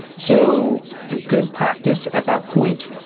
so a good practice at that point,